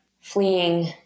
fleeing